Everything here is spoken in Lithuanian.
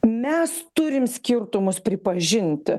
mes turim skirtumus pripažinti